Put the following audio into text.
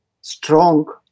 strong